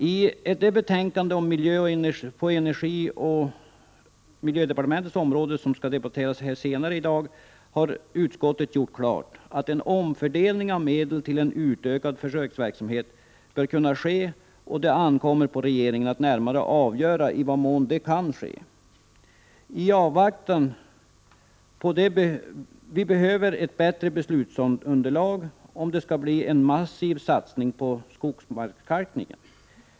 I det betänkande som berör miljöoch energidepartementets område och som skall debatteras senare här i dag, har utskottet klargjort att en omfördelning av medel till en utökad försöksverksamhet bör kunna ske. Det ankommer på regeringen att närmare avgöra i vad mån detta kan ske. Vi behöver ett bättre beslutsunderlag om det skall ske en massiv satsning på skogsmarkskalkningen.